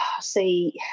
see